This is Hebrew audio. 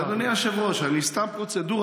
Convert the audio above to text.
אבל אדוני היושב-ראש, סתם פרוצדורה.